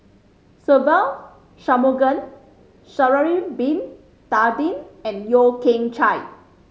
Se Ve Shanmugam Sha'ari Bin Tadin and Yeo Kian Chye